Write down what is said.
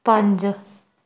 ਪੰਜ